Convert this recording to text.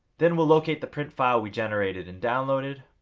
then we'll locate the printfile we generated and downloaded